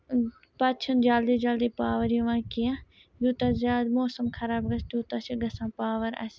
پَتہٕ چھِنہٕ جلدی جلدی پاوَر یِوان کینٛہہ یوٗتاہ زیادٕ موسم خراب گژھِ تیوٗتاہ چھُ گژھان پاوَر اَسہِ